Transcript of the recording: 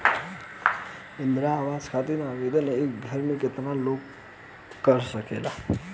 इंद्रा आवास खातिर आवेदन एक घर से केतना लोग कर सकेला?